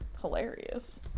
hilarious